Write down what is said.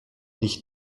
nicht